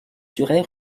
serait